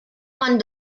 man